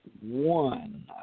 One